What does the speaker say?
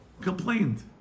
complained